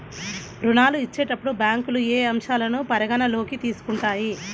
ఋణాలు ఇచ్చేటప్పుడు బ్యాంకులు ఏ అంశాలను పరిగణలోకి తీసుకుంటాయి?